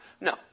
No